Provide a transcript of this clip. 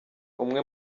umwe